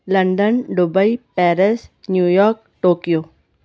London Dubai Paris New York Tokyo